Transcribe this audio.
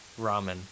Ramen